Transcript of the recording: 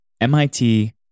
MIT